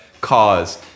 cause